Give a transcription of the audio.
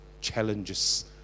Challenges